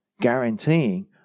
guaranteeing